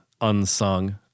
unsung